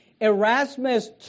Erasmus